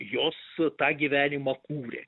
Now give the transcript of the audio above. jos tą gyvenimą kūrė